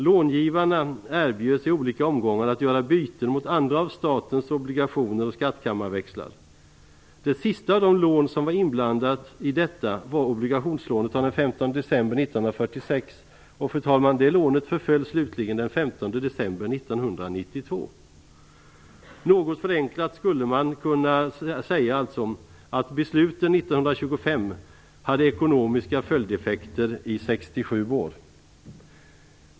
Långivarna erbjöds i olika omgångar att göra byten mot andra av statens obligationer och skattkammarväxlar. Det sista av de lån som var inblandade i detta var obligationslånet av den 15 december 1946. Det lånet förföll slutligen den 15 december 1992! Något förenklat skulle man alltså kunna säga att besluten 1925 hade ekonomiska följdeffekter i 67 år.